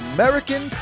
American